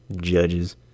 judges